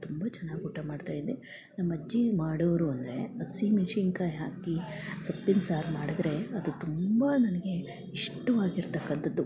ತುಂಬ ಚೆನ್ನಾಗಿ ಊಟ ಮಾಡ್ತಾ ಇದ್ದೆ ನಮ್ಮ ಅಜ್ಜಿ ಮಾಡೋವ್ರು ಅಂದರೆ ಹಸಿಮೆಣ್ಸಿನ್ಕಾಯ್ ಹಾಕಿ ಸೊಪ್ಪಿನ ಸಾರು ಮಾಡಿದ್ರೆ ಅದು ತುಂಬ ನನಗೆ ಇಷ್ಟವಾಗಿರ್ತಕ್ಕಂಥದ್ದು